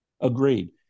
agreed